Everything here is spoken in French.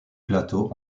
plateau